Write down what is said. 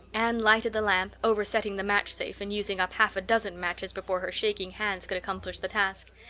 anne lighted the lamp, oversetting the match safe and using up half a dozen matches before her shaking hands could accomplish the task.